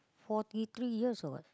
forty three years old